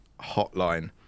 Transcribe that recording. hotline